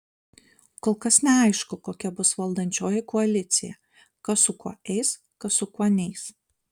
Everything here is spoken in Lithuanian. kol kas neaišku kokia bus valdančioji koalicija kas su kuo eis kas su kuo neis